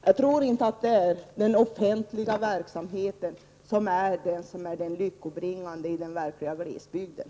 Jag tror nämligen inte att det är den offentliga verksamheten som är lyckobringande på den verkliga glesbygden.